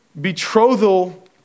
Betrothal